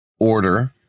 order